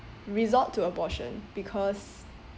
resort to abortion because